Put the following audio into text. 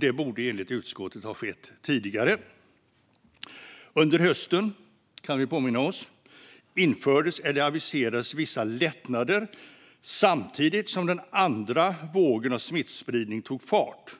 Det borde enligt utskottet ha skett tidigare. Under hösten, kan vi påminna oss, infördes eller aviserades vissa lättnader, samtidigt som den andra vågen av smittspridning tog fart.